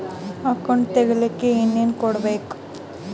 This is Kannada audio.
ಅಕೌಂಟ್ ತೆಗಿಲಿಕ್ಕೆ ಏನೇನು ಕೊಡಬೇಕು?